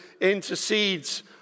intercedes